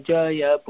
Jaya